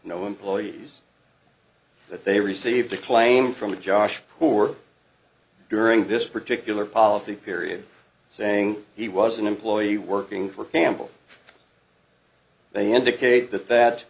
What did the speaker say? no employees that they received a claim from the josh poor during this particular policy period saying he was an employee working for campbell they indicate that that